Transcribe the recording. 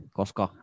koska